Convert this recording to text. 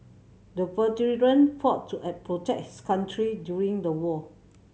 the veteran fought to protect his country during the war